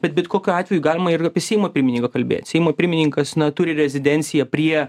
bet bet kokiu atveju galima ir apie seimo pirmininką kalbėt seimo pirmininkas na turi rezidenciją prie